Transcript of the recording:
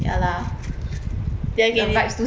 ya the vibes too same already